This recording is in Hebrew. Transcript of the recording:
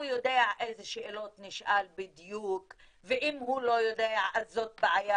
הוא יודע איזה שאלות נשאל בדיוק ואם הוא לא יודע אז זאת גם בעיה.